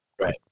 Right